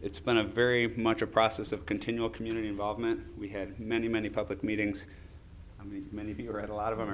it's been a very much a process of continual community involvement we had many many public meetings many of you are at a lot of them re